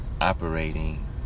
operating